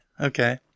okay